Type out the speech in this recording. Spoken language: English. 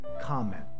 comment